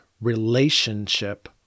relationship